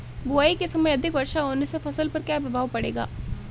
बुआई के समय अधिक वर्षा होने से फसल पर क्या क्या प्रभाव पड़ेगा?